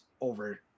over